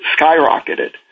skyrocketed